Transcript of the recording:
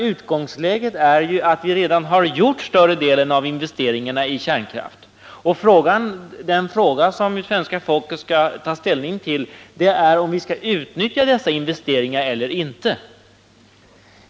Utgångsläget är att vi redan har gjort större delen av investeringarna i kärnkraften, och den fråga som svenska folket skall ta ställning till är om vi skall utnyttja dessa investeringar eller inte.